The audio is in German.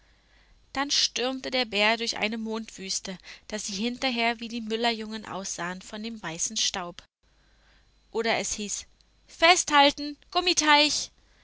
dann stürmte der bär durch eine mondwüste daß sie hinterher wie die müllerjungen aussahen von dem weißen staub oder es hieß festhalten gummiteich